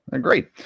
great